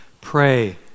pray